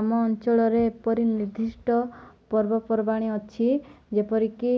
ଆମ ଅଞ୍ଚଳରେ ଏପରି ନିର୍ଦ୍ଧିଷ୍ଟ ପର୍ବପର୍ବାଣି ଅଛି ଯେପରିକି